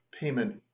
payment